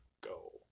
go